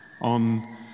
on